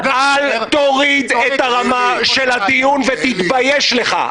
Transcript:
--- אל תוריד את הרמה של הדיון ותתבייש לך.